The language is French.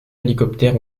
hélicoptère